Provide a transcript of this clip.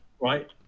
right